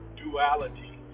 duality